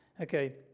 okay